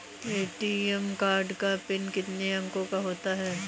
ATM card का PIN कितने अंकों का होता है?